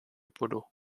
polo